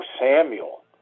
Samuel